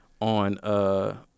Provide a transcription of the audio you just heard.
On